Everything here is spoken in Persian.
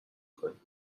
کنیم